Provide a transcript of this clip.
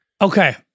Okay